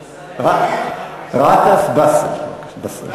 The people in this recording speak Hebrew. גטאס באסל, בבקשה.